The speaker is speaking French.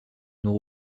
nous